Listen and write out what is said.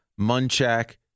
Munchak